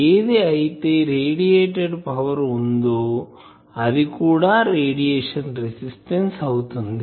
ఏదైతే radiated power ఉందో అది కూడా రేడియేషన్ రెసిస్టెన్సు అవుతుంది